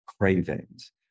cravings